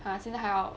好不好